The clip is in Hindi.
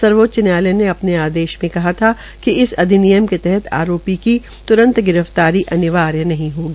सर्वोच्च न्यायालय ने अपने आदेश में कहा था कि इस अधिनियम के तहत आरोपी की त्रंरत गिरफ्तारी अनिवार्य नहीं होगी